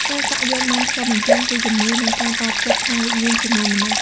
ការសាក់យ័ន្តបានឆ្លុះបញ្ចាំងពីជំនឿ និងការតភ្ជាប់ខាងវិញ្ញាណ ជាមួយមនុស្ស។